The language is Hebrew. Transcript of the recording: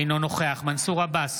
אינו נוכח מנסור עבאס,